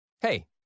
Hey